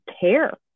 care